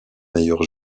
meilleur